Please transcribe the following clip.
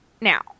Now